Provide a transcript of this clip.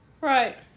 Right